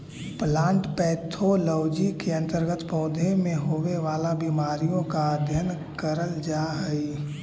plant pathology के अंतर्गत पौधों में होवे वाला बीमारियों का अध्ययन करल जा हई